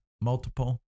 multiple